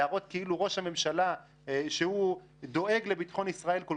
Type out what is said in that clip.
להראות כאילו ראש הממשלה שדואג לביטחון ישראל כל